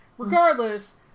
Regardless